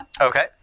Okay